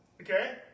Okay